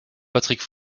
patrick